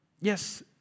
Yes